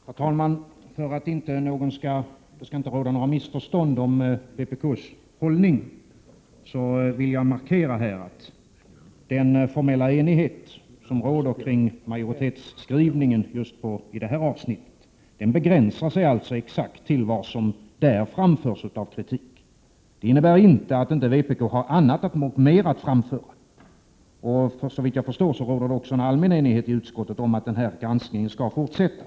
Herr talman! För att det inte skall råda några missförstånd när det gäller vpk:s hållning vill jag här markera att den formella enighet som råder kring majoritetens skrivning i just i detta avsnitt alltså begränsar sig till exakt den kritik som där framförs. Det innebär inte att vpk inte har mer att framföra. Såvitt jag förstår råder det också en allmän enighet i utskottet om att denna granskning skall fortsätta.